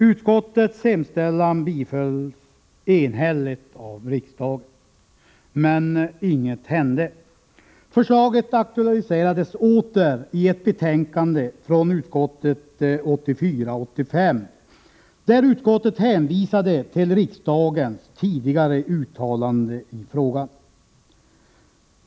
Utskottets hemställan bifölls enhälligt av riksdagen. Men inget hände. Förslaget aktualiserades åter i ett betänkande från utskottet 1984/85, där utskottet hänvisade till riksdagens tidigare uttalande i frågan.